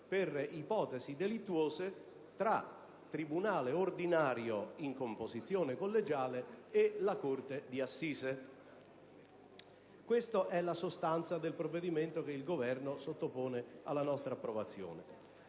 per ipotesi delittuose tra tribunale ordinario in composizione collegiale e corte d'assise. Questa è la sostanza del provvedimento che il Governo sottopone alla nostra approvazione.